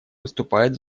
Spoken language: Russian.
выступает